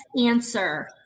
answer